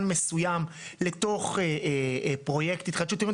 מסוים לתוך פרויקט התחדשות עירונית,